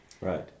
Right